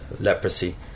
leprosy